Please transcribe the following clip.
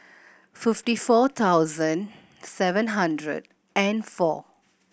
fifty four thousand seven hundred and four